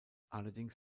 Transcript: allerdings